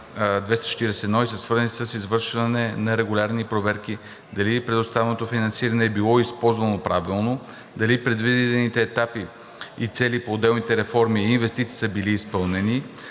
и са свързани с извършване на регулярни проверки дали предоставеното финансиране е било използвано правилно, дали предвидените етапи и цели по отделните реформи и инвестиции са били изпълнени,